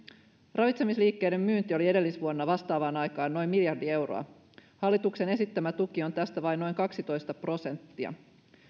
ravitsemisliikkeiden myynti oli edellisvuonna vastaavaan aikaan noin miljardi euroa hallituksen esittämä tuki on tästä vain noin kaksitoista prosenttia